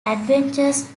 adventures